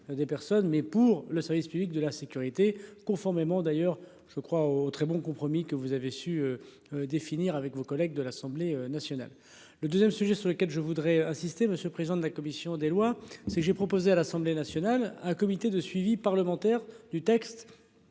des personnes mais pour le service public de la sécurité conformément d'ailleurs je crois au très bon compromis que vous avez su. Définir avec vos collègues de l'Assemblée nationale, le 2ème, sujet sur lequel je voudrais insister, monsieur le président de la commission des lois si j'ai proposé à l'Assemblée nationale. Un comité de suivi parlementaire du texte.